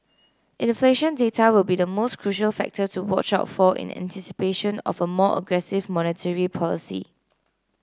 inflation data will be the most crucial factor to watch out for in anticipation of a more aggressive monetary policy